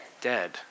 dead